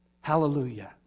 Hallelujah